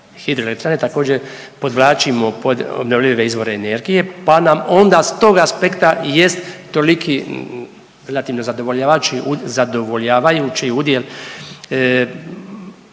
hidroelektrane također podvlačimo pod obnovljive izvore energije pa nam onda s tog aspekta i jest toliki relativno zadovoljavajući,